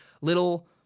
little